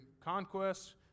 conquests